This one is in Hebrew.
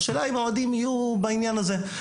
השאלה האם האוהדים יהיו בעניין הזה.